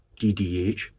DDH